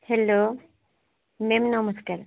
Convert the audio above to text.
hello ma'am ନମସ୍କାର